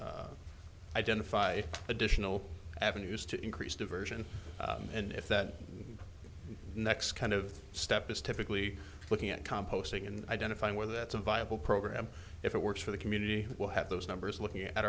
identify additional avenues to increase diversion and if that next kind of step is typically looking at composting and identifying whether that's a viable program if it works for the community we'll have those numbers looking at